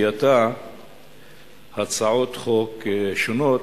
בדחותה הצעות חוק שונות.